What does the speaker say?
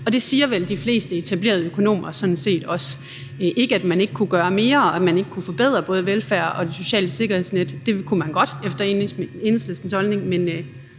Det siger vel de fleste etablerede økonomer sådan set også – ikke, at man ikke kunne gøre mere, og at man ikke kunne forbedre både velfærd og det sociale sikkerhedsnet, det kunne man godt efter Enhedslistens